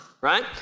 right